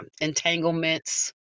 entanglements